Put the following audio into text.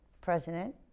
president